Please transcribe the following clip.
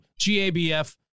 GABF